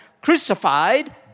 crucified